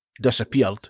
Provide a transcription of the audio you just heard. disappeared